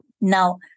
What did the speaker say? now